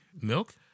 milk